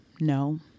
No